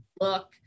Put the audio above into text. look